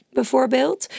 bijvoorbeeld